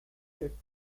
get